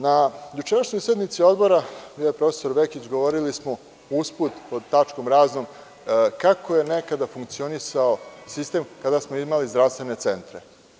Na jučerašnjoj sednici Odbora ja i profesor Vekić govorili smo usput pod tačkom Razno kako je nekada funkcionisao sistem kada smo imali zdravstvene centre.